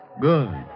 Good